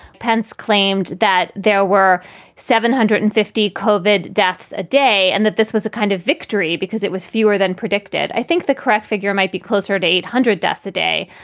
pence claimed that there were seven hundred and fifty cauvin deaths a day and that this was a kind of victory because it was fewer than predicted. i think the correct figure might be closer to eight hundred deaths a day,